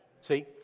See